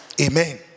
Amen